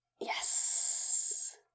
Yes